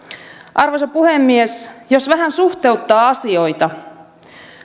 arvoisa puhemies jos vähän suhteuttaa asioita